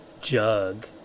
jug